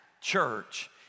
church